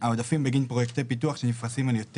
העודפים בגין פרויקטי פיתוח שנפרסים על יותר